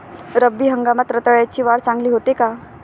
रब्बी हंगामात रताळ्याची वाढ चांगली होते का?